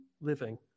living